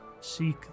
seek